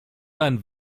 ein